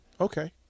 okay